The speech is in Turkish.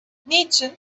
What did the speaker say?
niçin